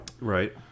Right